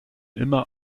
immer